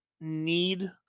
need